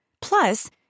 Plus